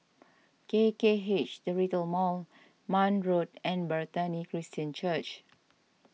K K H the Retail Mall Marne Road and Bethany Christian Church